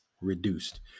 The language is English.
reduced